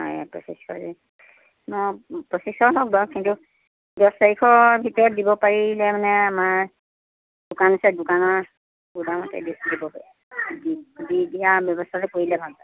হয় পঁচিছশ পঁচিছশ দচ নিদিওঁ দচ চাৰিশ ভিতৰত দিব পাৰিলে মানে আমাৰ দোকান আছে দোকানৰ গোদামতে দি দিব পা দি দিয়া ব্যৱস্থাটো কৰিলে ভাল হয়